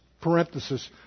parenthesis